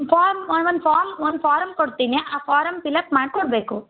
form ಒಂದು form ಒಂದು form ಕೊಡ್ತೀನಿ ಆ ಫಾರಮ್ ಫಿಲ್ ಆಪ್ ಮಾಡ್ಕೊಡ್ಬೇಕು